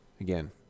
again